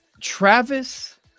Travis